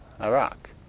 Iraq